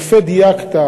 יפה דייקת.